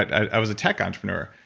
i was a tech entrepreneur.